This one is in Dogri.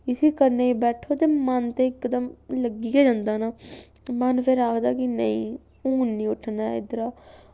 इस्सी करने गी बैठो ते मन ते इक दम लग्गी गै जंदा ना मन फिर आखदा कि नेईं हून निं उट्ठना ऐ इद्धरा